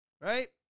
right